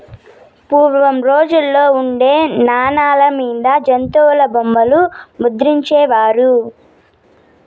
పూర్వం రోజుల్లో ఉండే నాణాల మీద జంతుల బొమ్మలు ముద్రించే వారు